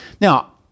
Now